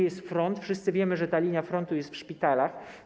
Jest front, wszyscy wiemy, że ta linia frontu jest w szpitalach.